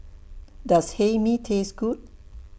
Does Hae Mee Taste Good